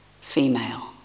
female